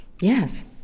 Yes